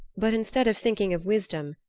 but instead of thinking of wisdom,